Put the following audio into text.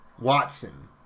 Watson